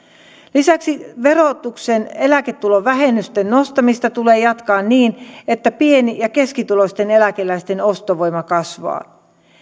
lisäksi verotuksen eläketulovähennysten nostamista tulee jatkaa niin että pieni ja keskituloisten eläkeläisten ostovoima kasvaa